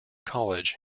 college